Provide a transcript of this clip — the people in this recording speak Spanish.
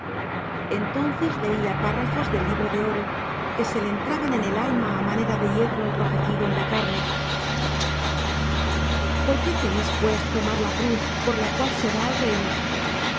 entonces leía párrafos del libro de oro que se le entraban en el alma a manera de hierro enrojecido en la carne por qué temes pues tomar la cruz por la cual se va al reino